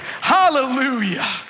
Hallelujah